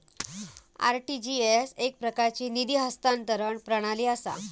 RTGS एकप्रकारची निधी हस्तांतरण प्रणाली असा